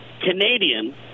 Canadian